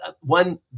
one